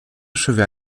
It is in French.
chevet